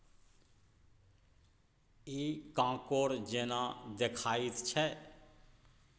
इ कॉकोड़ जेना देखाइत छै